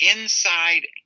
inside